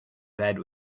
bed